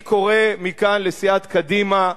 אני קורא מכאן לסיעת קדימה,